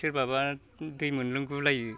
सोरबाबा दै मोनलोंगुलायो